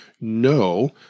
No